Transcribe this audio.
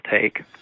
take